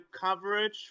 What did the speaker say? coverage